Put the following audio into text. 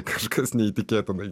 kažkas neįtikėtinai